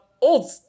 old